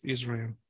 Israel